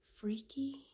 Freaky